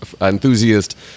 enthusiast